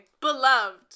beloved